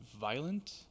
violent